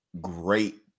great